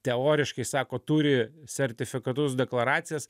teoriškai sako turi sertifikatus deklaracijas